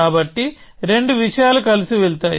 కాబట్టి రెండు విషయాలు కలిసి వెళ్తాయి